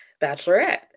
bachelorette